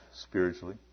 spiritually